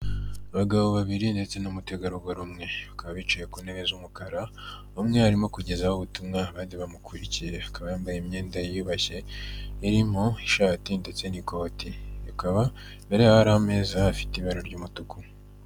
Abagabo babiri ndetse n'umutegarugori umwe bakaba bicaye ku ntebe z'umukara umwe arimo kugezaho ubutumwa abandi bamukurikiye akaba yambaye imyenda yiyubashye irimo ishati ndetse n'ikoti, ikaba imbere yaho hari ameza afite ibara ry'umutuku.